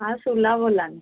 हां शिमला बोल्ला नीं